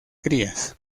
crías